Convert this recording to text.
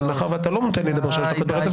אבל מאחר שאתה לא נותן לי לדבר שלוש דקות ברצף,